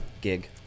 gig